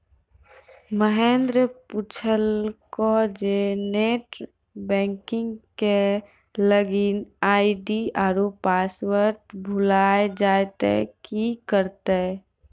महेन्द्र पुछलकै जे net banking के लागिन आई.डी आरु पासवर्ड भुलाय जाय त कि करतै?